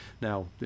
Now